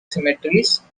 cemeteries